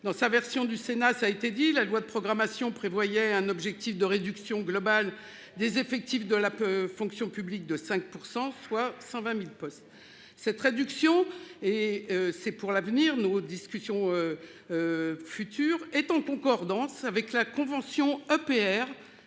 dans sa version du Sénat. Ça a été dit la loi de programmation prévoyait un objectif de réduction globale des effectifs de la peur, fonction publique de 5% soit 120.000 postes. Cette réduction et c'est pour l'avenir. Nos discussions. Futures est en concordance avec la Convention EPR